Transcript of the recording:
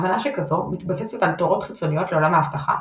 הבנה שכזו מתבססת על תורות חיצוניות לעולם האבטחה,